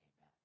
Amen